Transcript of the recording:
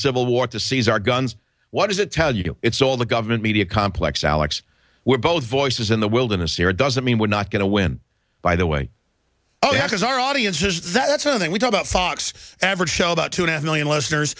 civil war to seize our guns what does it tell you it's all the government media complex alex we're both voices in the wilderness here doesn't mean we're not going to win by the way because our audience is that's one thing we talk about fox average show about two and a half million listeners